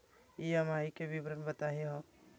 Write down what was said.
EMI के विवरण बताही हो?